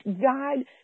God